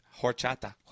Horchata